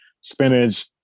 spinach